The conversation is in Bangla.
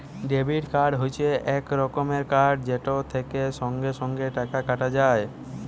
ডেবিট কার্ড হচ্যে এক রকমের কার্ড যেটা থেক্যে সঙ্গে সঙ্গে টাকা কাটা যায়